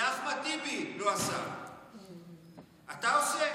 את זה אחמד טיבי לא עשה, אתה עושה את זה?